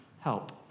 help